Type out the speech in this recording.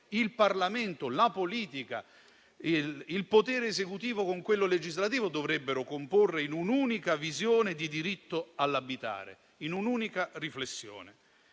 il Parlamento, la politica e il potere esecutivo con quello legislativo dovrebbero comporre in un'unica visione di diritto all'abitare, in un'unica riflessione.